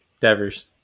Devers